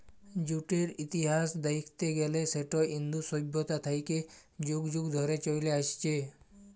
জুটের ইতিহাস দ্যাইখতে গ্যালে সেট ইন্দু সইভ্যতা থ্যাইকে যুগ যুগ ধইরে চইলে আইসছে